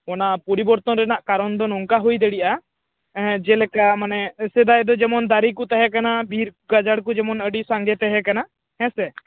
ᱚᱱᱟ ᱯᱚᱨᱤᱵᱚᱨᱛᱚᱱ ᱨᱮᱱᱟᱜ ᱠᱟᱨᱚᱱ ᱫᱚ ᱱᱚᱝᱠᱟ ᱦᱩᱭ ᱫᱟᱲᱮᱭᱟᱜᱼᱟ ᱡᱮᱞᱮᱠᱟ ᱢᱟᱱᱮ ᱥᱮᱫᱟᱭ ᱫᱚ ᱡᱮᱢᱚᱱ ᱫᱟᱨᱮ ᱠᱚ ᱛᱟᱦᱮᱸ ᱠᱟᱱᱟ ᱵᱤᱨ ᱜᱟᱡᱟᱲ ᱠᱚ ᱡᱮᱢᱚᱱ ᱟᱹᱰᱤ ᱥᱟᱸᱜᱮ ᱛᱟᱦᱮᱸ ᱠᱟᱱᱟ ᱦᱮᱸ ᱥᱮ